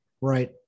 Right